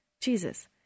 Jesus